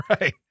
right